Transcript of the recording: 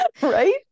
right